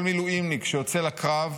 כל מילואימניק שיוצא לקרב,